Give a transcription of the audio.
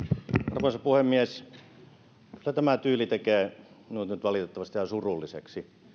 arvoisa puhemies tämä tyyli tekee minut nyt valitettavasti ihan surulliseksi